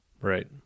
Right